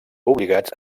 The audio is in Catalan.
obligats